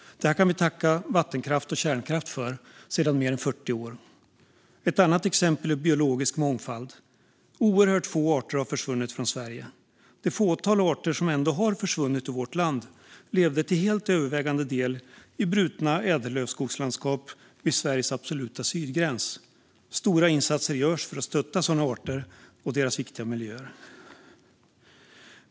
Detta kan vi tacka vattenkraften och kärnkraften för sedan mer än 40 år. Ett annat exempel är biologisk mångfald. Oerhört få arter har försvunnit från Sverige. Det fåtal arter som ändå har försvunnit i vårt land levde till helt övervägande del i brutna ädellövskogslandskap vid Sveriges absoluta sydgräns. Stora insatser görs för att stötta sådana arter och deras viktiga miljöer.